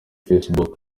facebook